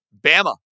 Bama